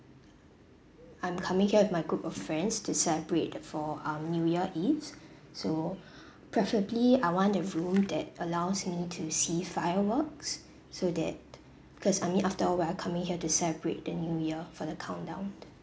I'm coming here with my group of friends to celebrate for um new year eve so preferably I want the room that allows me to see fireworks so that because I mean after all we are coming here to celebrate the new year for the countdown